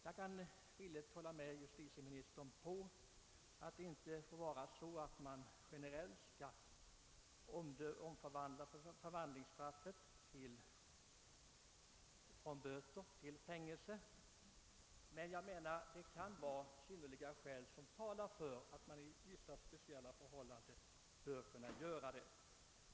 Jag kan gärna hålla med justitieministern om att det inte får vara så, att man generellt skall omvandla bötesstraff till fängelsestraff, men det finns synnerliga skäl som talar för att man under vissa speciella förhållanden bör kunna göra på detta sätt.